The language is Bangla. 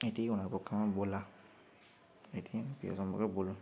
এটাই ওনার পক্ষে আমার বলা এটাই আমি বিবেচনা করে বললাম